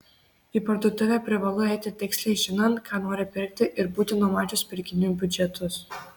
į parduotuvę privalu eiti tiksliai žinant ką nori pirkti ir būti numačius pirkinių biudžetus